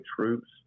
troops